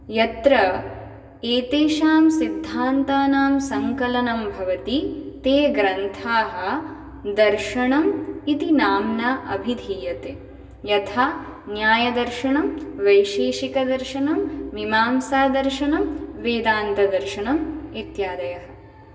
यत्र एतेषां सिद्धान्तानां संकलनं भवति ते ग्रन्थाः दर्शनम् इति नाम्ना अभिधीयते यथा न्यायदर्शनं वैशेषिकदर्शनं मीमांसादर्शनं वेदान्तदर्शनम् इत्यादयः